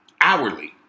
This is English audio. hourly